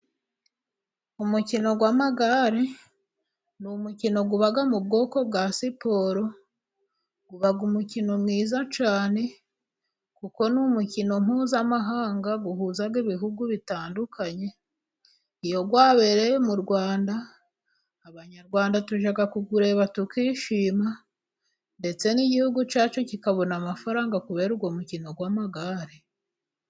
Umukino w'amagare, ni umukino uba mu bwoko bwa siporo. Uba umukino mwiza cyane, kuko ni umukino mpuzamahanga uhuza ibihugu bitandukanye. Iyo wabereye mu Rwanda, Abanyarwanda tujya kuwureba tukishima, ndetse n'Igihugu cyacu kikabona amafaranga kubera uwo mukino w'amagare.